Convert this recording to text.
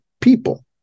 people